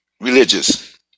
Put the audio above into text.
religious